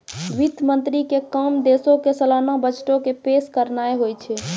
वित्त मंत्री के काम देशो के सलाना बजटो के पेश करनाय होय छै